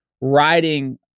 riding